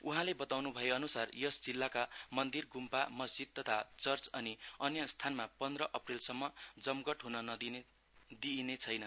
उहाँले बताउनुभए अनुसार यस जिल्लका मन्दिर ग्म्पा मस्जिद तथा चर्च अनि अन्य स्थानमा पन्द्र अप्रेलसम्म जमघट ह्न दिइने छैन